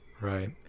right